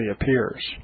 appears